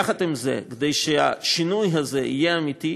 עם זה, כדי שהשינוי הזה יהיה אמיתי,